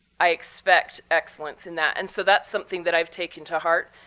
i expect excellence in that. and so that's something that i've taken to heart.